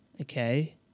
Okay